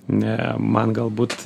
ne man galbūt